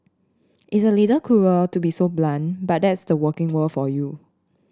it's a little cruel to be so blunt but that's the working world for you